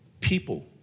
people